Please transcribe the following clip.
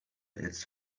its